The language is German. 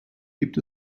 gibt